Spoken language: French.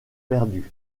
perdus